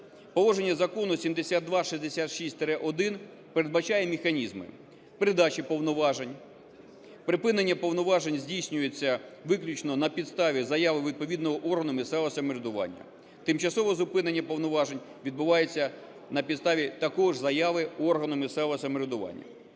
Положення Закону 7266-1 передбачає механізми: передача повноважень; припинення повноважень здійснюється виключно на підставі заяви відповідного органу місцевого самоврядування; тимчасове зупинення повноважень відбувається на підставі також заяви органу місцевого самоврядування.